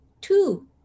two